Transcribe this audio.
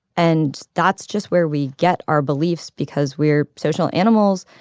and that's just where we get our beliefs because we're social animals.